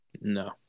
No